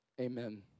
amen